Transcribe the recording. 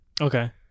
Okay